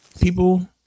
people